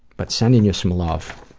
but sending you some love.